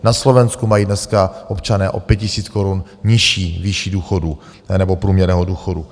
Na Slovensku mají dneska občané o 5 000 korun nižší výši důchodu nebo průměrného důchodu.